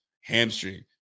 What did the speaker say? hamstring